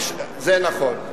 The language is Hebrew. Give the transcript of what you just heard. זה נכון.